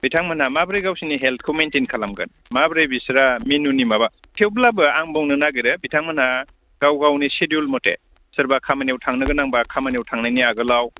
बिथांमोना माबोरै गावसोरनि हेल्थखौ मैन्टेइन खालामगोन माबोरै बिस्रा मेनुनि माबा थेवब्लाबो आं बुंनो नागिरो बिथांमोना गाव गावनि सेदिउल मते सोरबा खामानियाव थांनो गोनां बा खामानियाव थांनायनि आगोलाव